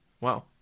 Wow